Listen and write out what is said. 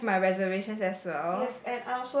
I have my reservations as well